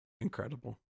incredible